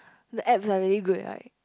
the Apps are really good like